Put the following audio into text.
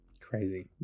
Crazy